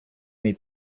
мій